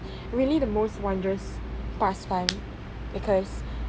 really the most wondrous past time because